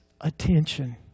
attention